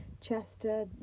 Chester